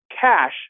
cash